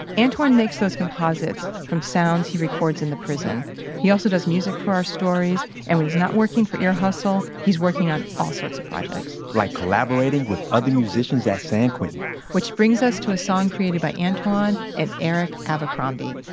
antwan makes those composites from sounds he records in the prison he also does music for our stories, and when he's not working for ear hustle, he's working on all sorts of projects like collaborating with other musicians at san quentin which brings us to a song created by and eric abercrombie,